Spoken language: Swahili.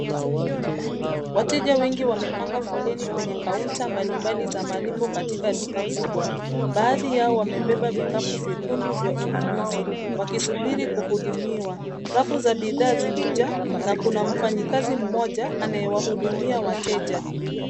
Wateja wengi wamepanga foleni kwenye kaunta mbalimbali za malipo katika duka kubwa. Baadhi yao wamebeba vikapu vyekundu vya ununuzi wakisubiri kuhudumiwa. Rafu za bidhaa zimejaa na kuna mfanyikazi mmoja anayewahudumia wateja.